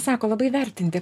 sako labai vertinti